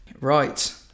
Right